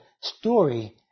story